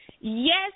Yes